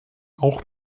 auch